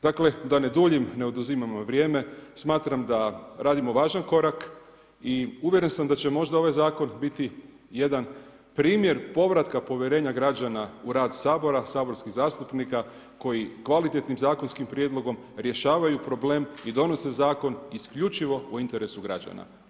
Dakle, da ne duljim, ne oduzimam vam vrijeme, smatram da radimo važan korak i uvjeren sam da će možda ovaj zakon biti jedan primjer povratka povjerenja građana u rad Sabora, saborskih zastupnika, koji kvalitetnom zakonskim prijedlogom rješavaju problem i donose zakon isključivo po interesu građana.